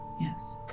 Yes